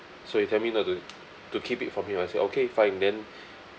so he tell me not to to keep it from him I say okay fine then